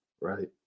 right